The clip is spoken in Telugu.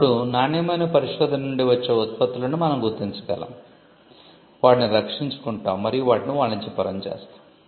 ఆపుడు నాణ్యమైన పరిశోధన నుండి వచ్చే ఉత్పత్తులను మనం గుర్తించగలం వాటిని రక్షించుకుంటాము మరియు వాటిని వాణిజ్యపరం చేస్తాము